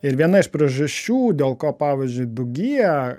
ir viena iš priežasčių dėl ko pavyzdžiui du gie